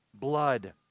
blood